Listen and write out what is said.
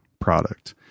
product